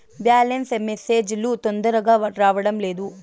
Balance message లు తొందరగా రావడం లేదు?